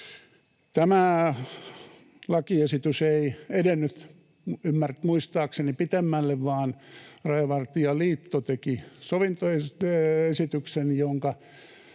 Tämä lakiesitys ei edennyt muistaakseni pitemmälle, vaan Rajavartioliitto teki sovintoesityksen,